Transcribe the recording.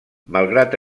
malgrat